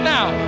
Now